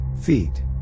Feet